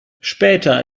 später